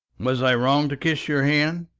was i wrong to kiss your hand?